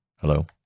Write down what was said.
hello